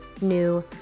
new